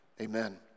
Amen